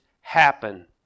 happen